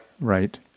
Right